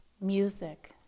music